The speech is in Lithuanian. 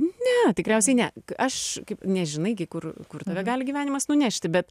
ne tikriausiai ne aš kaip nežinai kur kur tave gali gyvenimas nunešti bet